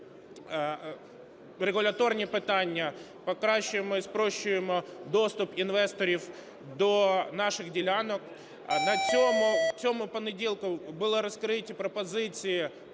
регуляторні питання, покращуємо і спрощуємо доступ інвесторів до наших ділянок. На цьому понеділку були розкриті пропозиції